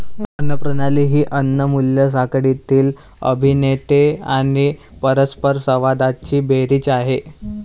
अन्न प्रणाली ही अन्न मूल्य साखळीतील अभिनेते आणि परस्परसंवादांची बेरीज आहे